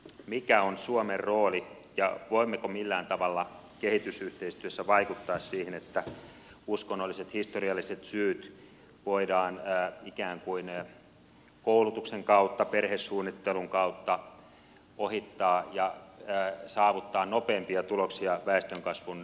mikä on suomen rooli ja voimmeko millään tavalla kehitysyhteistyössä vaikuttaa siihen että uskonnolliset historialliset syyt voidaan ikään kuin koulutuksen kautta perhesuunnittelun kautta ohittaa ja saavuttaa nopeampia tuloksia väestönkasvun hillitsemiseksi